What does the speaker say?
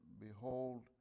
behold